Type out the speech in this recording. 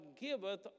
giveth